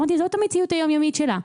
זאת המציאות היום-יומית שלה.